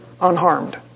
unharmed